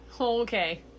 Okay